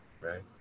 Right